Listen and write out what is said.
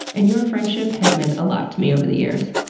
and your friendship has meant a lot to me over the years.